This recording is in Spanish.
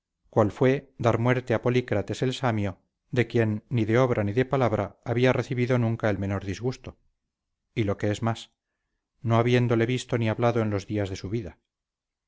cual fue dar muerte a polícrates el samio de quien ni de obra ni de palabra había recibido nunca el menor disgusto y lo que es más no habiéndole visto ni hablado en los días de su vida